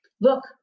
look